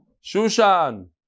Shushan